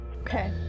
Okay